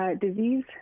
disease